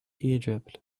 egypt